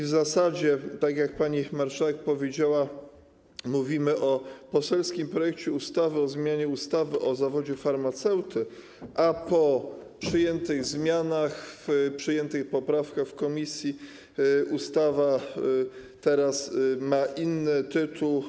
W zasadzie, tak jak pani marszałek powiedziała, mówimy o poselskim projekcie ustawy o zmianie ustawy o zawodzie farmaceuty, a po przyjętych zmianach w przyjętych poprawkach w komisji ustawa teraz ma inny tytuł.